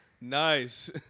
Nice